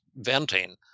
venting